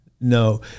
no